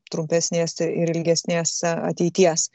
trumpesnės ir ilgesnės ateities